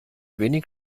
wenig